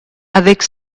avec